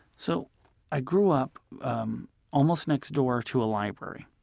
so i grew up um almost next door to a library.